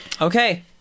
Okay